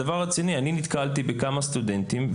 אתה מציע לתת גם הארכת זמן בהגשת עבודה?